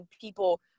people